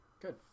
Good